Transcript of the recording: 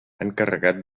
encarregat